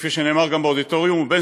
כפי שנאמר גם באודיטוריום,